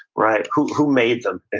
right? who who made them,